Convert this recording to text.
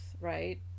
right